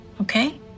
Okay